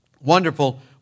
Wonderful